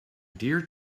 dear